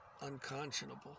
unconscionable